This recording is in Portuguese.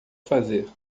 fazer